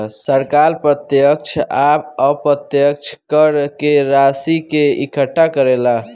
सरकार प्रत्यक्ष आ अप्रत्यक्ष कर से राशि के इकट्ठा करेले